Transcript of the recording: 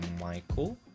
Michael